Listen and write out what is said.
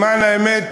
למען האמת,